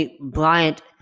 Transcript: Bryant